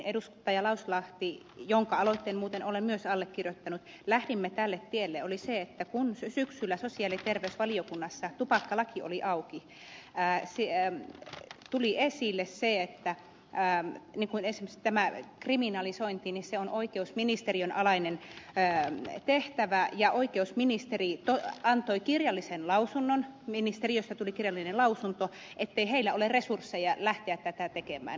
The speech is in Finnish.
lauslahti jonka aloitteen muuten olen myös allekirjoittanut lähdimme tälle tielle oli se että kun syksyllä sosiaali ja terveysvaliokunnassa tupakkalaki oli auki tuli esille se että esimerkiksi tämä kriminalisointi on oikeusministeriön alainen tehtävä ja oikeusministeri antoi kirjallisen lausunnon ministeriöstä tuli kirjallinen lausunto ettei heillä ole resursseja lähteä tätä tekemään